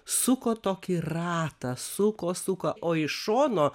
suko tokį ratą suko suko o iš šono